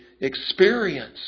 experience